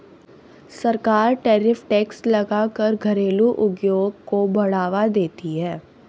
सरकार tariff tax लगा कर घरेलु उद्योग को बढ़ावा देती है